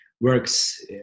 works